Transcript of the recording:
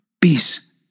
peace